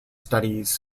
studies